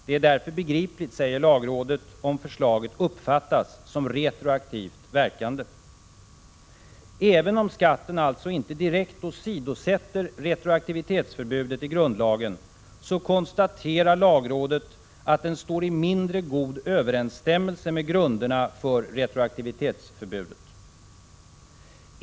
Det är därför begripligt, säger lagrådet, om förslaget uppfattas som retroaktivt verkande. Även om skatten alltså inte direkt åsidosätter retroaktivitetsförbudet i grundlagen konstaterar lagrådet att den ”står i mindre god överensstämmelse med grunderna för retroaktivitetsförbudet”.